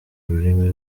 rurimi